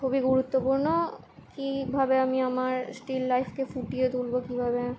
খুবই গুরুত্বপূর্ণ কীভাবে আমি আমার স্টিল লাইফকে ফুটিয়ে তুলব কীভাবে